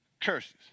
curses